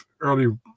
early